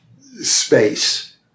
space